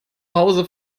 hause